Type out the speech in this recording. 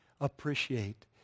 appreciate